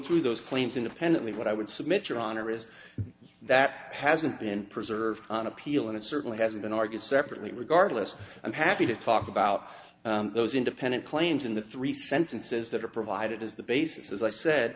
through those claims independently what i would submit your honor is that it hasn't been preserved feel and it certainly hasn't been argued separately regardless i'm happy to talk about those independent claims in the three sentences that are provided as the basis as i said